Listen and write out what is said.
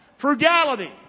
Frugality